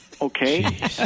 Okay